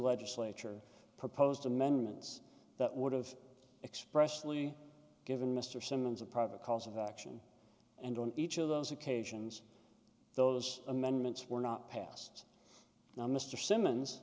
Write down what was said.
legislature proposed amendments that would've expressly given mr simmons a protocols of action and on each of those occasions those amendments were not passed now mr simmons